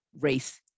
race